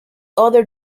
other